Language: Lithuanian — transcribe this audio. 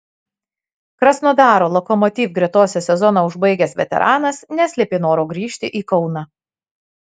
krasnodaro lokomotiv gretose sezoną užbaigęs veteranas neslėpė noro grįžti į kauną